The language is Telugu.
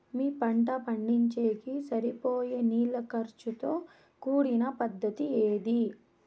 మీ పంట పండించేకి సరిపోయే నీళ్ల ఖర్చు తో కూడిన పద్ధతి ఏది?